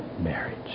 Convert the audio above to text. marriage